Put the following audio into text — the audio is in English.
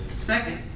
Second